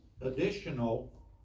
additional